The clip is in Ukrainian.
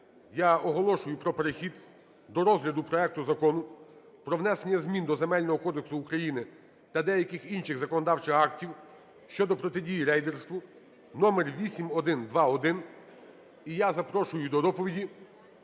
я оголошую про перехід до розгляду проекту Закону про внесення змін до Земельного кодексу України та деяких інших законодавчих актів щодо протидії рейдерству (№ 8121). І я запрошую до доповіді